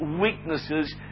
weaknesses